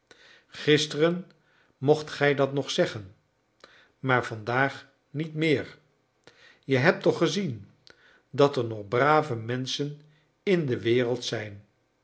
gisteren mocht gij dat nog zeggen maar vandaag niet meer je hebt toch gezien dat er nog brave menschen in de wereld zijn